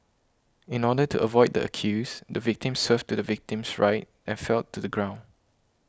in order to avoid the accused the victim swerved to the victim's right and fell to the ground